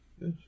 Yes